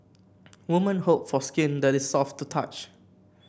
woman hope for skin that is soft to touch